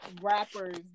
rappers